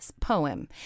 poem